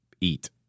eat